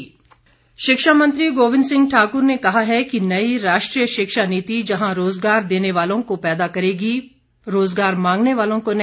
शिक्षा नीति शिक्षा मंत्री गोविंद सिंह ठाकुर ने कहा है कि नई राष्ट्रीय शिक्षा नीति जहां रोजगार देने वालों को पैदा करेगी रोजगार मांगने वालों को नहीं